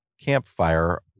campfire